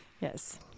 Yes